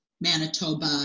Manitoba